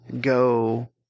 go